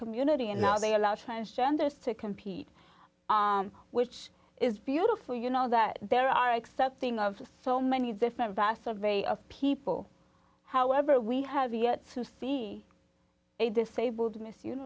community and now they allow transgender to compete which is beautiful you know that there are accepting of so many different vass of a of people however we have yet to see a disabled mis